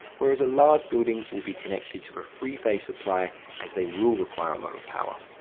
whereas a large building will be connected to a three phase supply as they will require a lot of power.